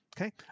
okay